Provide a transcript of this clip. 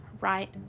right